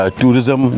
tourism